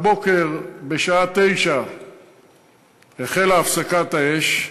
הבוקר בשעה 09:00 החלה הפסקת אש,